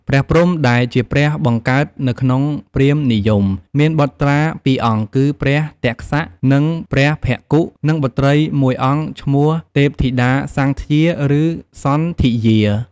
ព្រះព្រហ្ម ដែលជាព្រះបង្កើតនៅក្នុងព្រាហ្មណ៍និយម មានបុត្រា២អង្គ គឺ ព្រះទក្សៈ និងព្រះភ្ឋគុ និងបុត្រី១អង្គឈ្មោះ ទេពធីតាសំធ្យា ឬសន្ធិយា។